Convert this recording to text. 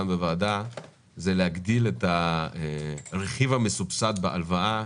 בוועדה הוא להגדיל את הרכיב המסובסד בהלוואה